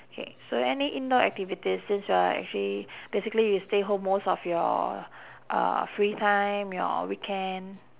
okay so any indoor activities since you're actually basically you stay home most of your uh free time your weekend